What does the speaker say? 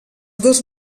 dos